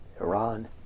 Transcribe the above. Iran